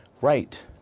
Right